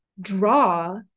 draw